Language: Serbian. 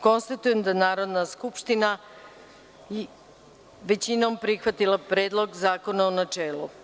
Konstatujem da je Narodna skupština prihvatila Predlog zakona, u načelu.